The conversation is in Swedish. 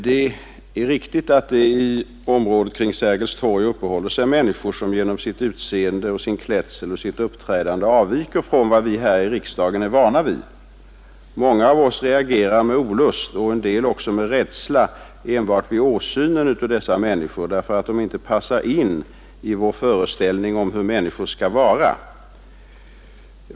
Det är riktigt att det i området kring Sergels torg uppehåller sig människor, som genom sitt utseende, sin klädsel och sitt uppträdande avviker från vad vi här i riksdagen är vana vid. Många av oss reagerar med olust, en del även med rädsla, enbart vid åsynen av dessa människor, därför att de inte passar in i vår föreställning om hur människor skall vara.